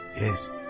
Yes